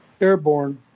airborne